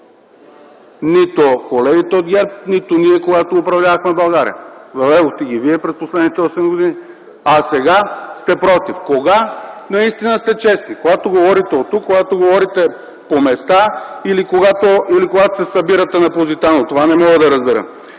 нито колегите от ГЕРБ, нито ние, когато управлявахме България, въведохте ги вие през последните осем години. А сега сте против?! Кога наистина сте честни – когато говорите оттук, когато говорите по места или когато се събирате на „Позитано”?! Не мога да разбера